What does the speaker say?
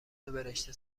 برشته